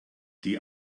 die